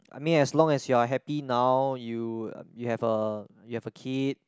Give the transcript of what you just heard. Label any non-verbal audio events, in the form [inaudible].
I mean as long as you are happy now you [noise] you have a you have a kid